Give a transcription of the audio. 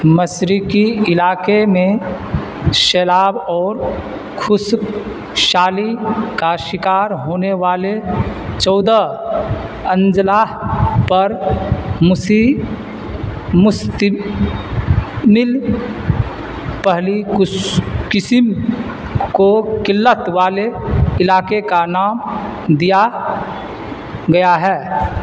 مشرقی علاقے میں سیلاب اور خشک سالی کا شکار ہونے والے چودہ اضلاع پر مسی مشتمل پہلی کچھ قسم کو قلت والے علاقے کا نام دیا گیا ہے